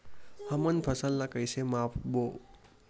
हमन फसल ला कइसे माप बो?